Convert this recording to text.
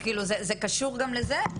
זה קשור גם לזה.